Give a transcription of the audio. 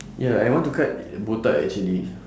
ya I want to cut botak actually